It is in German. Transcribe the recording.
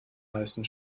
heißen